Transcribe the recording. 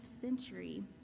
century